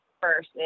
first